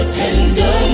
tender